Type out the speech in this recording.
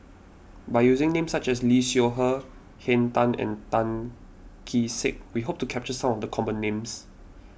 by using names such as Lee Seow Ser Henn Tan and Tan Kee Sek we hope to capture some of the common names